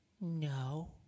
No